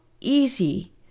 easy